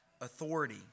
authority